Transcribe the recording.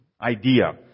idea